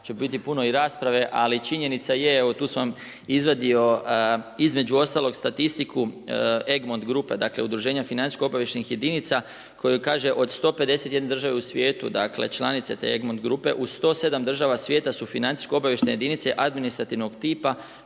će biti puno i rasprave, ali činjenica je, evo tu sam vam izvadio, između ostalog statistiku Egmont grupe, Udruženja financijsko obavještajnih jedinica, koji kaže, od 151 države u svijetu, članice te Egmont grupe, u 107 država svijeta su financijsko obavještajne jedinice, administrativnog tipa,